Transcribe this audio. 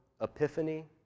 epiphany